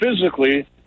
physically